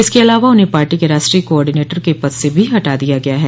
इसके अलावा उन्हें पार्टी के राष्टोय कोआडिनेटर पद से भी हटा दिया गया है